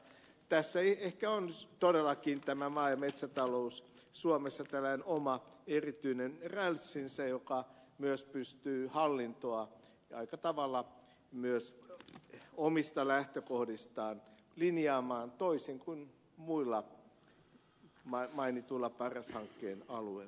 tässä ehkä on todellakin tämä maa ja metsätalous suomessa tällainen oma erityinen rälssinsä joka myös pystyy hallintoa aika tavalla myös omista lähtökohdistaan linjaamaan toisin kuin on muilla mainituilla paras hankkeen alueilla